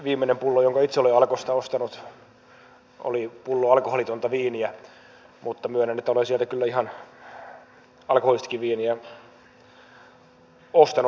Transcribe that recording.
viimeinen pullo jonka itse olen alkosta ostanut oli pullo alkoholitonta viiniä mutta myönnän että olen sieltä kyllä ihan alkoholillistakin viiniä ostanut